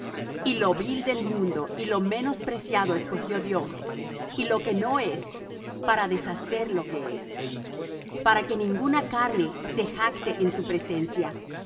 y lo vil del mundo y lo menos preciado escogió dios y lo que no es para deshacer lo que es para que ninguna carne se jacte en su presencia